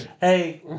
Hey